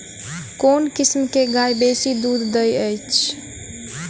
केँ किसिम केँ गाय बेसी दुध दइ अछि?